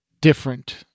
different